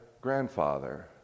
grandfather